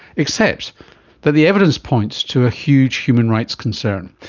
except that the evidence points to a huge human rights concern,